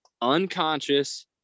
unconscious